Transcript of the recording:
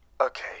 Okay